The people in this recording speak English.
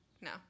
No